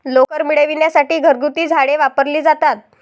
लोकर मिळविण्यासाठी घरगुती झाडे वापरली जातात